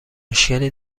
مشکلی